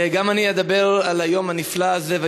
גם אני אדבר על היום הנפלא הזה,